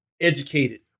educated